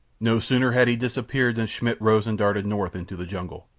no sooner had he disappeared than schmidt rose and darted north into the jungle,